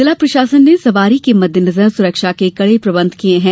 जिला प्रशासन ने सवारी के मद्देनजर सरक्षा के कड़े प्रबंध किए हैं